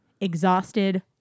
exhausted